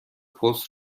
پست